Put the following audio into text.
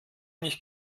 nicht